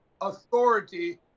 authority